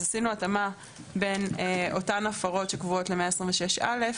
עשינו התאמה בין אותן הפרות שקבועות ל-126(א)